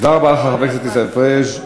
תודה רבה לך, חבר הכנסת עיסאווי פריג'.